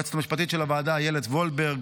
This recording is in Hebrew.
היועצת המשפטית של הוועדה, אילת וולברג,